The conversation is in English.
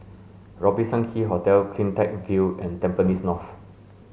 Robertson Quay Hotel CleanTech View and Tampines North